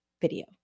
video